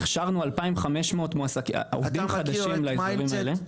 אתה מכיר את מיינדסט?